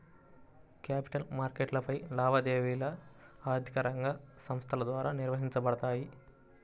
capital మార్కెట్లపై లావాదేవీలు ఆర్థిక రంగ సంస్థల ద్వారా నిర్వహించబడతాయి